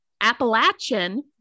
Appalachian